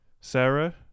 sarah